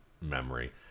memory